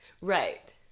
Right